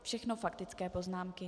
Všechno faktické poznámky.